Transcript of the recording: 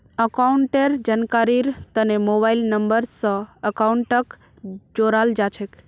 अकाउंटेर जानकारीर तने मोबाइल नम्बर स अकाउंटक जोडाल जा छेक